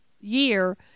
year